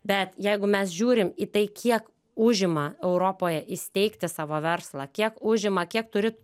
bet jeigu mes žiūrim į tai kiek užima europoje įsteigti savo verslą kiek užima kiek turi